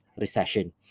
recession